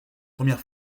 première